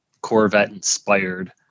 Corvette-inspired